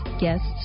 guests